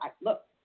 look